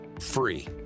free